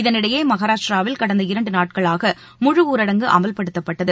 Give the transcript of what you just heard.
இதனிடையே மகாராஷ்டிராவில் கடந்த இரண்டு நாட்களாக முழு ஊரடங்கு அமல்படுத்தப்பட்டது